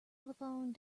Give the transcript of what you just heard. telephone